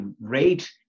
rate